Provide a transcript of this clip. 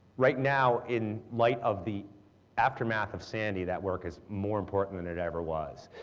right now in light of the aftermath of sandy that work is more important than it ever was.